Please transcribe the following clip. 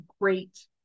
great